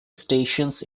stations